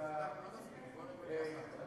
אבל לפנים משורת הדין ניתן בכל זאת.